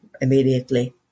immediately